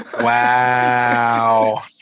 Wow